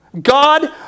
God